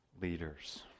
leaders